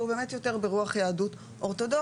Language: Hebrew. שהוא יותר ברוח של יהדות אורתודוכסית.